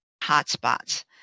hotspots